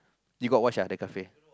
you got watch ah the kafir